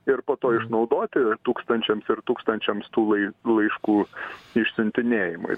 ir po to išnaudoti tūkstančiams ir tūkstančiams tų lai laiškų išsiuntinėjimui